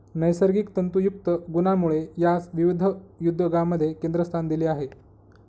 नैसर्गिक तंतुयुक्त गुणांमुळे यास विविध उद्योगांमध्ये केंद्रस्थान दिले आहे